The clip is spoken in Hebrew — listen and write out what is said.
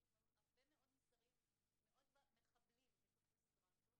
יש הרבה מאוד מסרים מאוד מחבלים בתוך הסדרה הזאת.